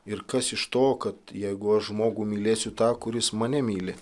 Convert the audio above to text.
ir kas iš to kad jeigu aš žmogų mylėsiu tą kuris mane myli